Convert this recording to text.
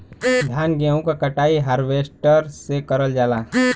धान गेहूं क कटाई हारवेस्टर से करल जाला